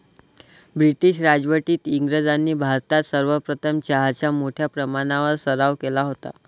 British राजवटीत इंग्रजांनी भारतात सर्वप्रथम चहाचा मोठ्या प्रमाणावर सराव केला होता